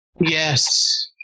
Yes